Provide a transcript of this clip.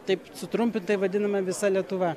taip sutrumpintai vadiname visa lietuva